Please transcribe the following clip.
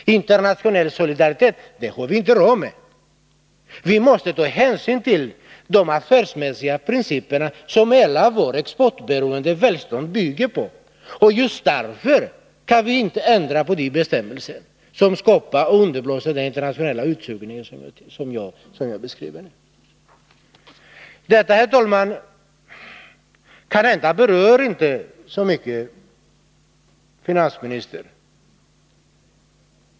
Internationell solidaritet har vi inte råd med! Vi måste ta hänsyn till de affärsmässiga principer som hela vårt exportberoende välstånd bygger på. Just därför kan vi enligt finansministern inte ändra på de bestämmelser som skapar och underblåser den internationella utsugning som jag här har beskrivit! Detta, herr talman, berör kanhända inte finansministern så mycket.